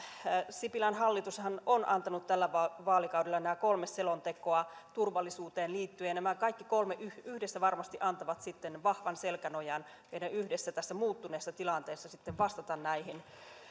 sipilän hallitushan on antanut tällä vaalikaudella nämä kolme selontekoa turvallisuuteen liittyen ja nämä kaikki kolme yhdessä varmasti antavat vahvan selkänojan meidän yhdessä tässä muuttuneessa tilanteessa vastata näihin